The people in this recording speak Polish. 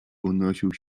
unosił